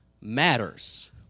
matters